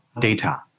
data